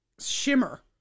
Shimmer